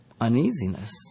uneasiness